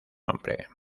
nombre